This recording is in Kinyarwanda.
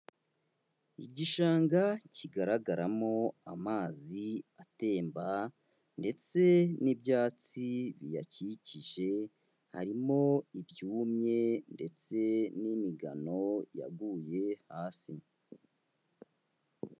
Igishanga kigaragaramo amazi atemba ndetse n'ibyatsi biyakikije harimo ibyumye ndetse n'imigano yaguye hasi.